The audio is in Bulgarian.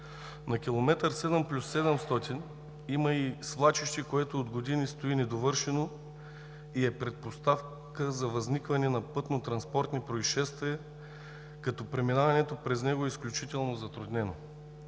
На километър 7+700 има и свлачище, което от години стои недовършено и е предпоставка за възникване на пътно-транспортни произшествия, като преминаването през него е изключително затруднено.